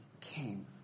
came